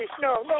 no